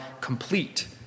complete